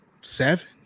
seven